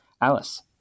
Alice